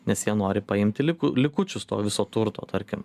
nes jie nori paimti liku likučius to viso turto tarkim